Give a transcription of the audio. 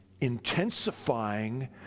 intensifying